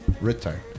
Return